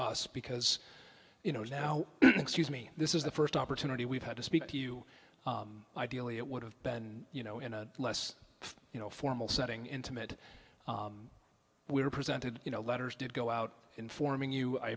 us because you know now excuse me this is the first opportunity we've had to speak to you ideally it would have been you know in a less you know formal setting intimate we were presented you know letters did go out informing you i